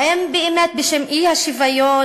האם באמת בשם האי-שוויון?